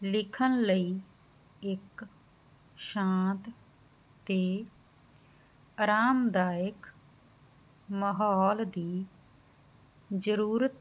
ਲਿਖਣ ਲਈ ਇਕ ਸ਼ਾਂਤ ਤੇ ਆਰਾਮਦਾਇਕ ਮਾਹੌਲ ਦੀ ਜਰੂਰਤ